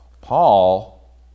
paul